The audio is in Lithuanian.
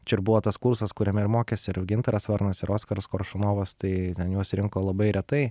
čia ir buvo tas kursas kuriame ir mokėsi ir gintaras varnas ir oskaras koršunovas tai ten juos rinko labai retai